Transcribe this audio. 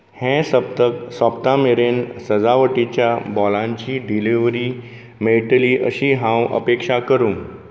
हें सप्तक सोंपता मेरेन सजावटींच्या बॉलांची डिलिव्हरी मेळटली अशी हांव अपेक्षा करूं